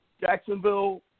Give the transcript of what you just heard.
Jacksonville